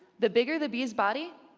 the bigger the bee's body,